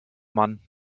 man